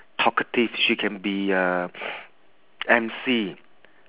talkative she can be uh emcee